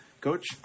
Coach